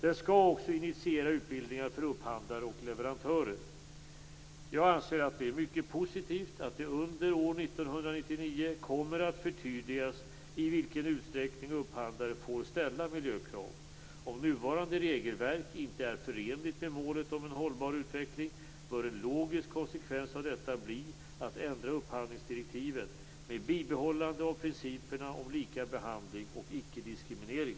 Den skall också initiera utbildningar för upphandlare och leverantörer. Jag anser att det är mycket positivt att det under år 1999 kommer att förtydligas i vilken utsträckning upphandlare får ställa miljökrav. Om nuvarande regelverk inte är förenligt med målet om en hållbar utveckling bör en logisk konsekvens av detta bli att ändra upphandlingsdirektiven, med bibehållande av principerna om lika behandling och ickediskriminering.